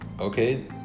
okay